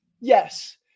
yes